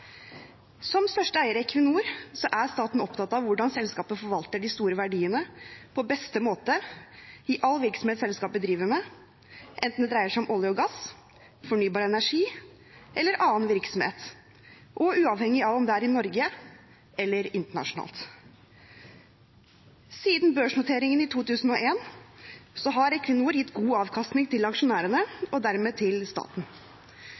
Som største eier i Equinor er staten opptatt av hvordan selskapet forvalter de store verdiene på beste måte i all virksomhet selskapet driver med, enten det dreier seg om olje og gass, fornybar energi eller annen virksomhet – uavhengig av om det er i Norge eller internasjonalt. Siden børsnoteringen i 2001 har Equinor gitt god avkastning til aksjonærene og dermed til staten.